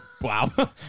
wow